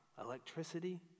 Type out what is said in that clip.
electricity